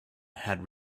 had